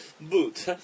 boot